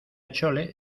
chole